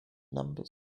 numbers